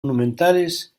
monumentales